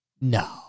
No